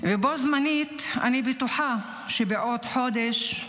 ובו זמנית אני בטוחה שבעוד חודש,